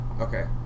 Okay